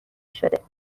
شده